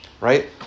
right